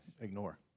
ignore